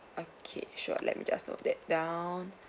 okay sure let me just note that down